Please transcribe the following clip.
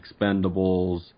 Expendables